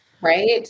right